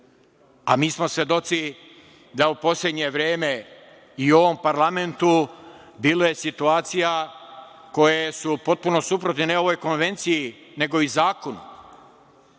smo svedoci da u poslednje vreme i u ovom parlamentu bilo je situacija koje su potpuno suprotne ne ovo konvenciji nego i zakonu,